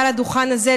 מעל הדוכן הזה,